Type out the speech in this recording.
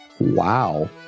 Wow